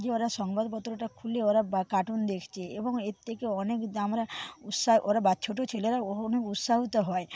যে ওরা সংবাদপত্রটা খুলে ওরা কার্টুন দেখছে এবং এর থেকে অনেক আমরা উৎসা ছোটো ছেলেরা ওরা অনেক উৎসাহিত হয়